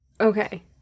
Okay